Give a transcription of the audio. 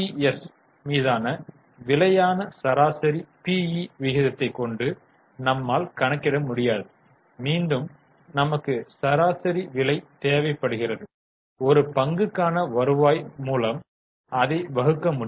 S மீதான விலையான சராசரி பிஈ விகிதத்தை கொண்டு நம்மால் கணக்கிட முடியாது மீண்டும் நமக்கு சராசரி விலை தேவை படுகிறது ஒரு பங்குக்கான வருவாய் மூலம் அதைப் வகுக்க முடியும்